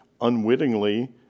unwittingly